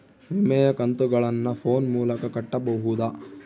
ವಿಮೆಯ ಕಂತುಗಳನ್ನ ಫೋನ್ ಮೂಲಕ ಕಟ್ಟಬಹುದಾ?